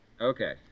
Okay